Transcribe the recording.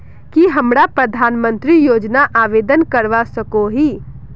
की हमरा प्रधानमंत्री योजना आवेदन करवा सकोही?